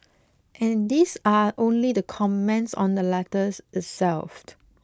and these are only the comments on the letter itself